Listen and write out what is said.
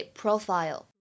profile